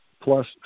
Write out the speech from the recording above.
plus